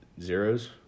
zeros